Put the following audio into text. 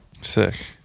sick